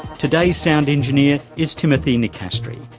today's sound engineer is timothy nicastri.